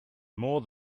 more